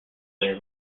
their